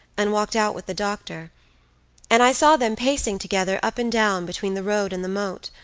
and walked out with the doctor and i saw them pacing together up and down between the road and the moat,